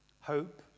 Hope